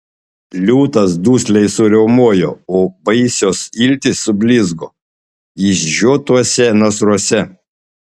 liūtas dusliai suriaumojo o baisios iltys sublizgo išžiotuose nasruose